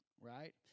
Right